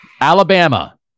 Alabama